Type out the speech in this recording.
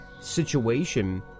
situation